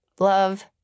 love